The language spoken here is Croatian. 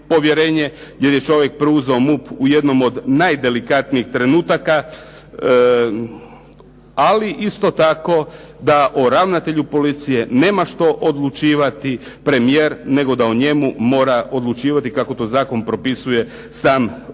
jer je čovjek preuzeo MUP u jednom od najdelikatnijih trenutaka, ali isto tako da o ravnatelju policije nema što odlučivati premijer, njego da o njemu mora odlučivati kako to zakon propisuje sam ministar.